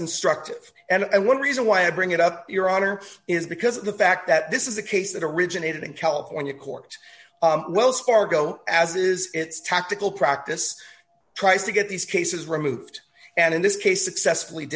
instructive and one reason why i bring it up your honor is because of the fact that this is a case that originated in california courts wells fargo as is its tactical practice tries to get these cases removed and in this case successfully